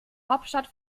hauptstadt